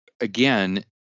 again